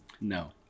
No